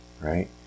right